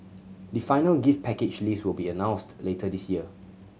the final gift package list will be announced later this year